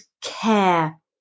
care